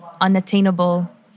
unattainable